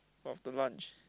after lunch